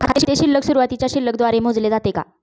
खाते शिल्लक सुरुवातीच्या शिल्लक द्वारे मोजले जाते का?